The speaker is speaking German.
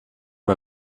mir